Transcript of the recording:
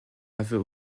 avait